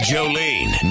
Jolene